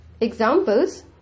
Examples